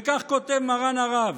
וכך כותב מרן הרב: